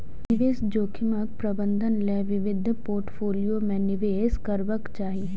निवेश जोखिमक प्रबंधन लेल विविध पोर्टफोलियो मे निवेश करबाक चाही